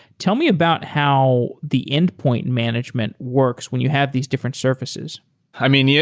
tell me about how the endpoint management works when you have these different surfaces i mean, yeah